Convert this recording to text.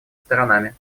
сторонами